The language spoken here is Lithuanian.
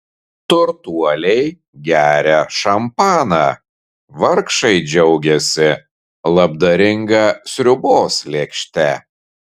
turtuoliai geria šampaną vargšai džiaugiasi labdaringa sriubos lėkšte